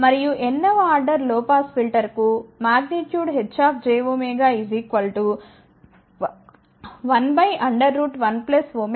మరియు n వ order లొ పాస్ ఫిల్టర్ కు Hjω112n సరే